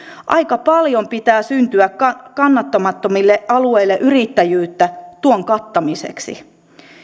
aika paljon pitää syntyä kannattamattomille alueille yrittäjyyttä tuon kattamiseksi